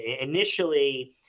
initially